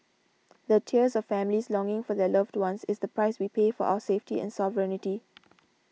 the tears of families longing for their loved ones is the price we pay for our safety and sovereignty